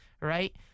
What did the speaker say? right